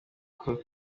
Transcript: uko